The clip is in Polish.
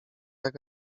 jak